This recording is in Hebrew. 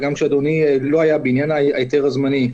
13:24)